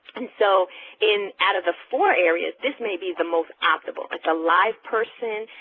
and so in out of the four areas, this may be the most optimal. it's a live person.